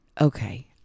Okay